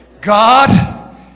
God